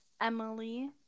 Emily